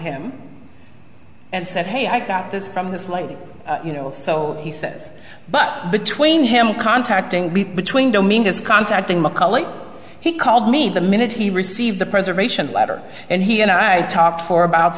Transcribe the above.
him and said hey i got this from this lady you know so he says but between him contacting between dominus contacting mccauley he called me the minute he received the preservation letter and he and i talked for about